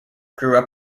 grew